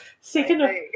second